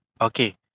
okay